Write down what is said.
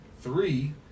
three